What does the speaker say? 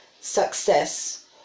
success